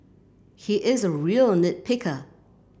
he is a real nit picker